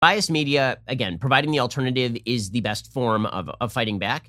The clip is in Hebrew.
בייס-מדיה, עוד פעם, מייצג את האלטרנטיבה היא הכי טובה בשביל לביטחון.